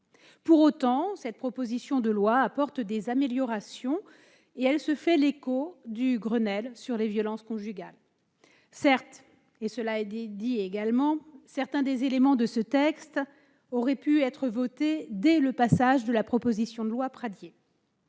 Pour autant, cette proposition de loi apporte des améliorations et elle est l'écho du Grenelle contre les violences conjugales. Certes, certains des éléments de ce texte auraient pu être adoptés dès l'examen de la proposition de loi Pradié.